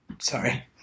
Sorry